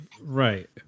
Right